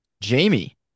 Jamie